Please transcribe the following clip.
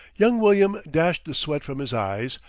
young william dashed the sweat from his eyes,